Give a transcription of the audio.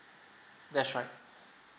that's right